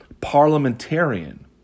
parliamentarian